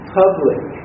public